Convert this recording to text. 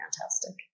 fantastic